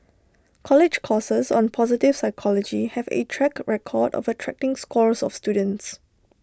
college courses on positive psychology have A track record of attracting scores of students